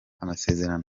amasezerano